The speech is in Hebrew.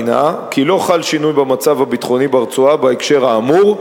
כי לא חל שינוי במצב הביטחוני ברצועה בהקשר האמור,